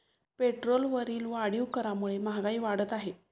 पेट्रोलवरील वाढीव करामुळे महागाई वाढत आहे